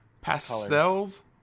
pastels